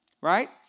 Right